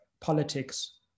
politics